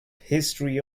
history